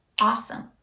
awesome